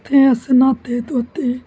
उत्थै अस न्हाते धोते